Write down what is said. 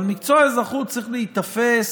אבל מקצוע האזרחות צריך להיתפס